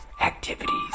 activities